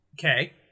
Okay